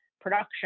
production